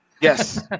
Yes